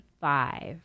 five